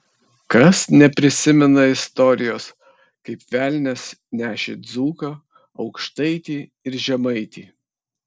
kas neprisimena istorijos kaip velnias nešė dzūką aukštaitį ir žemaitį